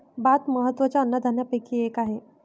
भात महत्त्वाच्या अन्नधान्यापैकी एक आहे